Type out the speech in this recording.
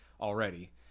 already